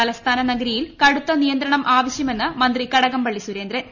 തലസ്ഥാന നഗരീയിൽ കടുത്ത നിയന്ത്രണം ന് ആവശ്യമെന്ന് മന്ത്രി കടകംപള്ളി സുരേന്ദ്രൻ